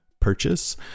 purchase